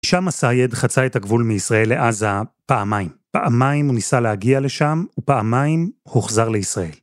שם הסייד חצה את הגבול מישראל לעזה פעמיים. פעמיים הוא ניסה להגיע לשם, ופעמיים הוא חוזר לישראל.